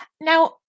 Now